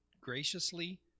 graciously